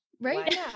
Right